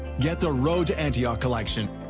get the road to antioch collection,